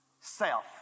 Self